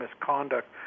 misconduct